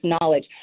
knowledge